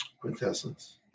quintessence